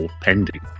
pending